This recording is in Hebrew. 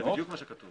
זה בדיוק מה שכתוב.